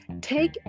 take